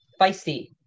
feisty